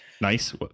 Nice